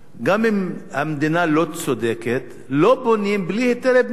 גם אם המדינה לא צודקת לא בונים בלי היתרי בנייה.